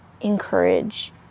encourage